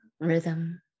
rhythm